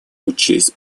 учесть